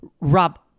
Rob